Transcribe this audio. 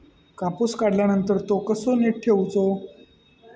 कापूस काढल्यानंतर तो कसो नीट ठेवूचो?